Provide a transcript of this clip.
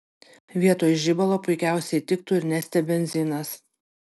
vietoj žibalo puikiausiai tiktų ir neste benzinas